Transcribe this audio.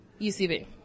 UCB